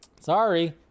Sorry